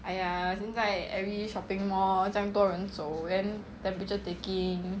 哎呀现在 every shopping mall 这样多人走 then temperature taking